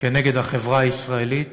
כנגד החברה הישראלית